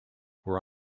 were